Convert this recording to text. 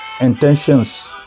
intentions